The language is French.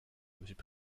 monsieur